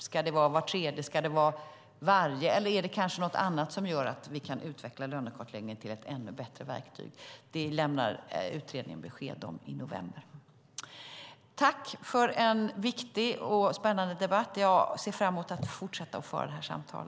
Ska det vara vart tredje år, ska det vara varje år eller är det kanske något annat som gör att vi kan utveckla lönekartläggningen till ett ännu bättre verktyg? Det lämnar utredningen besked om i november. Tack för en viktig och spännande debatt! Jag ser fram mot att fortsätta att föra detta samtal.